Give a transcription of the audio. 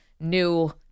new